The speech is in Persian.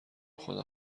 خدا